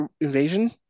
invasion